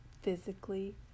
physically